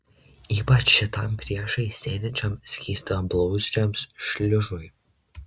ypač šitam priešais sėdinčiam skystablauzdžiams šliužui